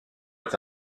est